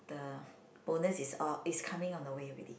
the bonus is all is coming on the way already